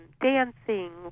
dancing